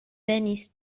venis